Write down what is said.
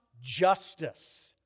justice